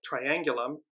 triangulum